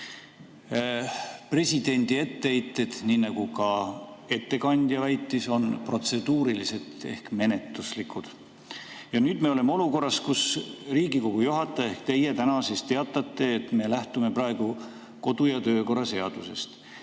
Presidendi etteheited, nii nagu ka ettekandja väitis, on protseduurilised ehk menetluslikud. Nüüd me oleme olukorras, kus Riigikogu juhataja ehk teie täna teatate, et me lähtume praegu kodu- ja töökorra seadusest.